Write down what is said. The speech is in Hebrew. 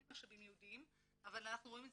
אין משאבים ייעודיים אבל אנחנו רואים את